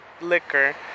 liquor